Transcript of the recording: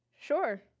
Sure